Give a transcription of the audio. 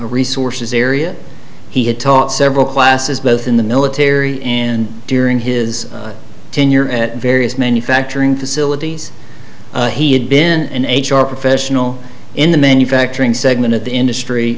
resources area he had taught several classes both in the military and during his tenure at various manufacturing facilities he had been in a char professional in the manufacturing segment of the industry